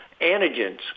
antigens